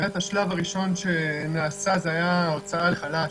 השלב הראשון שבאמת נעשה היה הוצאה לחל"ת,